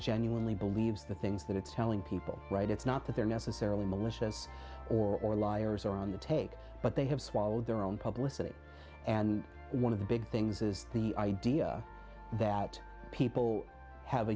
genuinely believes the things that it's telling people right it's not that they're necessarily malicious or liars or on the take but they have swallowed their own publicist and one of the big things is the idea that people have a